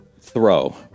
throw